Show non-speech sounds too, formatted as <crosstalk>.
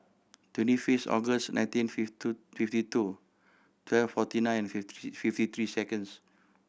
twenty fifth August nineteen <unintelligible> fifty two twelve forty nine fifty fifty three seconds